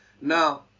Now